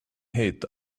hate